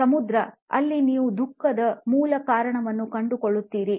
"ಸಮುದ್ರ" ಅಲ್ಲಿ ನೀವು ದುಃಖದ ಮೂಲ ಕಾರಣವನ್ನು ಕಂಡುಕೊಳ್ಳುತ್ತೀರಿ